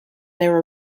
their